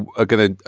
are going to